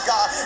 God